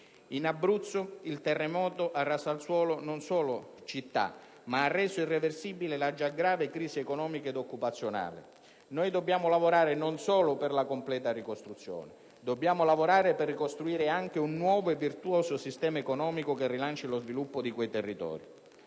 Nell'Abruzzo il terremoto non solo ha raso al suolo città, ma ha reso irreversibile la già grave crisi economica ed occupazionale. Noi dobbiamo lavorare non solo per la completa ricostruzione: dobbiamo lavorare per ricostruire anche un nuovo e virtuoso sistema economico che rilanci lo sviluppo di quei territori.